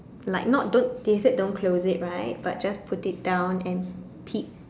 like not don't they say don't close it right but just put it down and peep